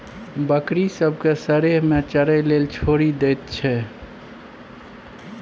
बकरी सब केँ सरेह मे चरय लेल छोड़ि दैत छै